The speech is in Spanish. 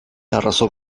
arrasó